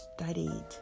studied